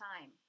time